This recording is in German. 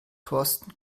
thorsten